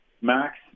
max